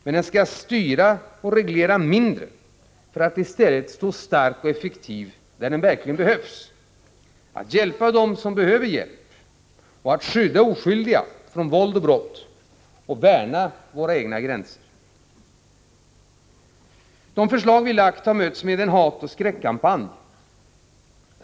Men den skall styra och reglera mindre för att i stället stå stark och effektiv där den verkligen behövs: när det gäller att hjälpa dem som behöver hjälp, att skydda oskyldiga från våld och brott och värna våra egna gränser. De förslag som vi har lagt fram har mötts med en hatoch skräckkampanj.